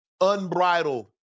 unbridled